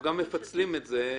אנחנו מפצלים את הצעת החוק הממשלתית.